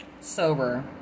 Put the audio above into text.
sober